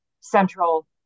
central